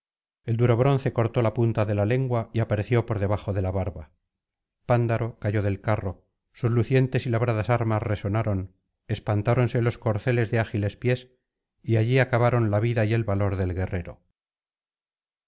el duro bronce cortó la punta de la lengua y apareció por debajo de la barba pándaro cayó del carro sus lucientes y labradas armas resonaron espantáfonse los corceles de ágiles pies y allí acabaron la vida y el valor del guerrero